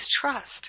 trust